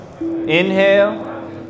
inhale